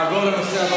נעבור לנושא הבא